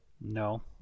No